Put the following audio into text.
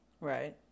Right